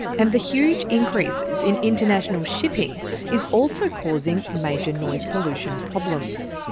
and the huge increases in international shipping is also causing major noise pollution problems.